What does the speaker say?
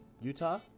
Utah